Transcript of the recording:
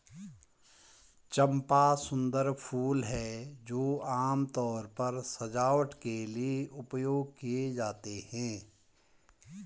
चंपा सुंदर फूल हैं जो आमतौर पर सजावट के लिए उपयोग किए जाते हैं